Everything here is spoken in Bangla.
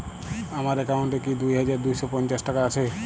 আমার অ্যাকাউন্ট এ কি দুই হাজার দুই শ পঞ্চাশ টাকা আছে?